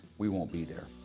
we won't be there.